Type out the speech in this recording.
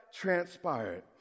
transpired